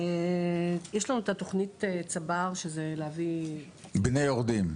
יש לנו את תוכנית צבר שזה להביא --- בני יורדים.